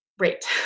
Great